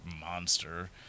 Monster